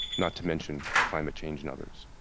not to mention climate change and others.